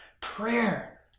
prayer